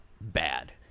bad